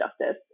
justice